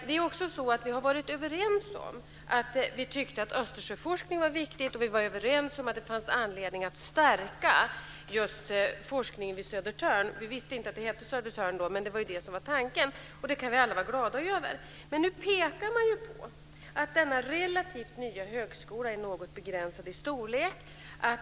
Vi har också varit överens om att Östersjöforskningen var viktig, och vi var överens om att det fanns anledning att stärka just forskningen vid Södertörn. Vi visste inte att det hette Södertörn då, men det var det som var tanken, och det kan vi alla vara glada över. Men nu pekar man ju på att denna relativt nya högskola är något begränsad i storlek.